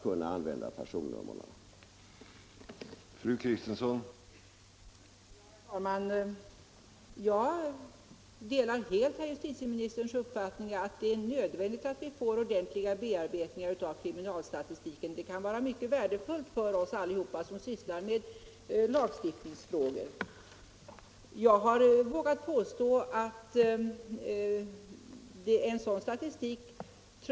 Det är i själva verket svaret på fru Kristenssons fråga.